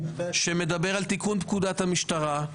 שמדבר על תיקון פקודת המשטרה,